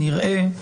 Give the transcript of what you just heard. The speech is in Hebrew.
נראה.